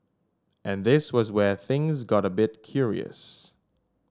and this was where things got a bit curious